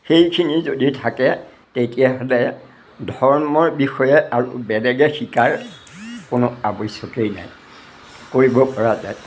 সেইখিনি যদি থাকে তেতিয়াহ'লে ধৰ্মৰ বিষয়ে আৰু বেলেগে শিকাৰ কোনো আৱশ্যকেই নাই কৰিব পৰা যায়